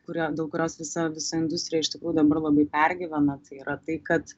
kurią dėl kurios visa visa industrija iš tikrųjų dabar labai pergyvena tai yra tai kad